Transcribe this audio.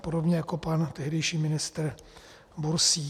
Podobně jako pan tehdejší ministr Bursík.